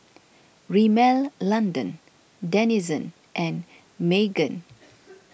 Rimmel London Denizen and Megan